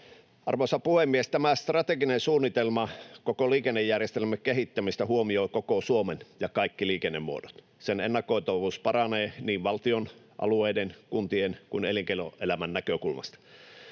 Arvoisa puhemies! Tämä strateginen suunnitelma koko liikennejärjestelmän kehittämisestä huomioi koko Suomen ja kaikki liikennemuodot. Sen ennakoitavuus paranee niin valtion, alueiden, kuntien kuin elinkeinoelämän näkökulmasta.